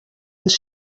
ens